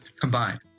combined